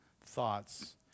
thoughts